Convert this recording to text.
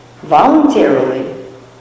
voluntarily